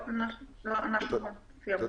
לא, אנחנו סיימנו.